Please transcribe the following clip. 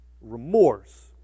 remorse